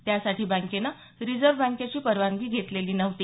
त्यासाठी बँकेनं रिजर्व्ह बँकेची परवानगी घेतलेली नव्हती